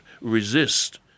resist